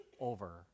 over